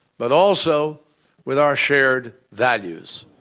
but also with our shared values.